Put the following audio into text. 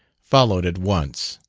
followed at once.